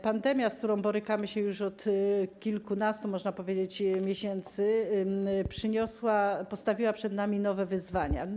Pandemia, z którą borykamy się już od kilkunastu, można powiedzieć, miesięcy, postawiła przed nami nowe wyzwania.